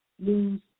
lose